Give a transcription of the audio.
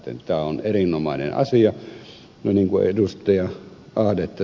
tämä on erinomainen asia ja niin kuin ed